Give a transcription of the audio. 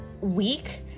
week